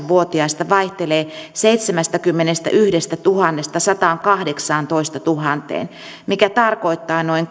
vuotiaista vaihtelee seitsemästäkymmenestätuhannesta sataankahdeksaantoistatuhanteen mikä tarkoittaa noin